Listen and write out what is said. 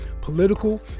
political